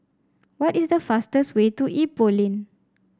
what is the fastest way to Ipoh Lane